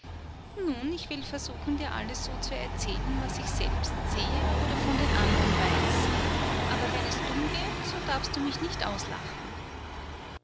nun ich will versuchen dir alles zu erzählen was ich selbst sehe oder von den anderen weiß aber wenn es dumm wird so darfst du mich nicht auslachen